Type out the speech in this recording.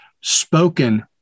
spoken